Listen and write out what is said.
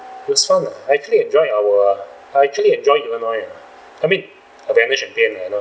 it was fun lah I actually enjoyed our I actually enjoyed illinois uh I mean